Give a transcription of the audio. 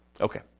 Okay